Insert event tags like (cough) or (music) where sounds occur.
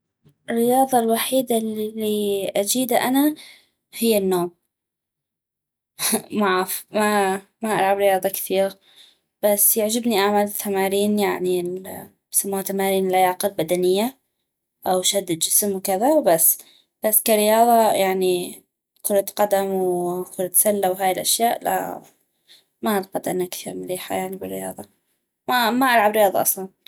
الرياضة الوحيدة الي اجيدة انا هي النوم (laughs) معف ما ما العب رياضة كثيغ معف بس يعجبني اعمل تمارين يعني يسموها تمارين اللياقة البدنية او شد الجسم وهذا وبس بس كرياضة يعني كرة قدم و كرة سلة وهاي الأشياء لا ما هلقد ما هلقد مليحة انا بالرياضة ما ما العب رياضة أصلا